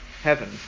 Heaven